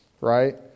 right